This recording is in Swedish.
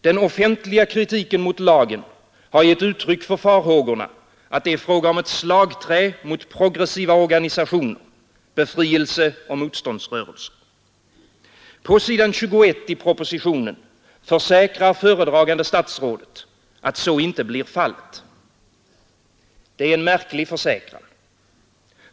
Den offentliga kritiken mot lagen har gett uttryck för farhågorna att det är fråga om ett slagträ mot progressiva organisationer, befrielseoch motståndsrörelser. På s. 21 i propositionen försäkrar föredragande statsrådet att så inte blir fallet. Det är en märklig försäkran.